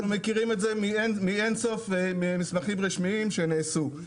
אנחנו מכירים את זה מאין-ספור מסמכים רשמיים שפורסמו.